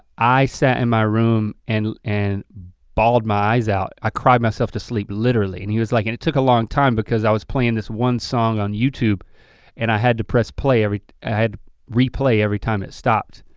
i sat in my room and and bawled my eyes out. i cried myself to sleep literally and he was like, and it took a long time because i was playing this one song on youtube and i had to press play every, replay every time it stopped.